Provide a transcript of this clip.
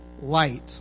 light